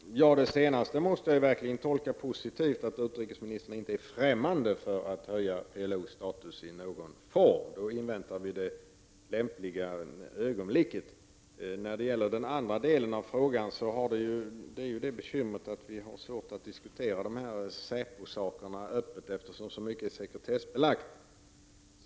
Herr talman! Det senaste måste jag verkligen tolka positivt, att utrikesministern inte är främmande för att höja PLO:s status i någon form. Då inväntar vi det lämpliga ögonblicket. När det gäller den andra delen av min fråga finns det ett bekymmer, och det är att vi har svårt att diskutera dessa säpofrågor öppet, eftersom så mycket är sekretessbelagt.